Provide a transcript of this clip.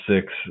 six